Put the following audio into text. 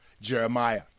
Jeremiah